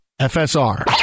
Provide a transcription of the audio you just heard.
FSR